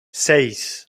seis